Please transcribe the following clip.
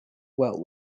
well